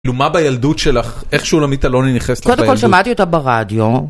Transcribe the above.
כאילו מה בילדות שלך, איך שולמית אלוני נכנסת לך לילדות? קודם כל שמעתי אותה ברדיו.